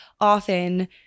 often